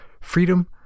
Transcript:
freedom